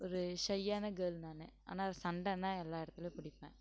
ஒரு ஷையான கேர்ள் நான் ஆனால் சண்டைன்னா எல்லா இடத்துலயும் பிடிப்பேன்